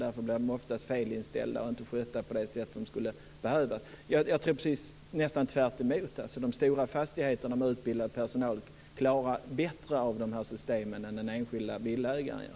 Därför blir de oftast felinställda och inte skötta på det sätt som skulle behövas. Jag tror nästan att det är precis tvärtom. De stora fastigheterna med utbildad personal klarar av de här systemen bättre än vad den enskilda villaägaren gör.